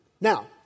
Now